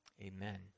amen